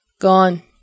Gone